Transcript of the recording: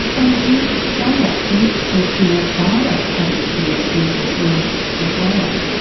and you've found out since that your father had experienced mental illness as well,